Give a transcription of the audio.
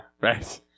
Right